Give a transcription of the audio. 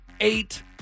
Eight